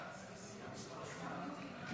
אין מתנגדים ואין